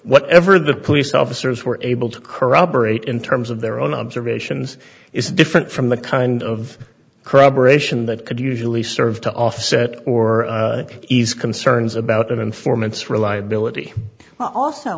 whatever the police officers were able to corroborate in terms of their own observations is different from the kind of corroboration that could usually serve to offset or ease concerns about informants reliability